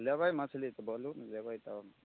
लेबय मछली तऽ बोलू लेबय तब